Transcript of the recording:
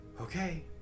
Okay